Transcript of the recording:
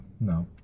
No